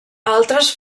altres